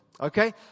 Okay